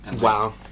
wow